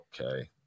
Okay